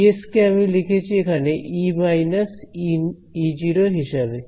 Es কে আমি লিখেছি এখানে E − E0 হিসাবে